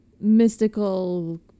mystical